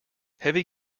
heavy